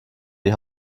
die